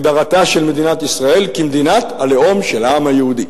הגדרתה של מדינת ישראל כמדינת הלאום של העם היהודי.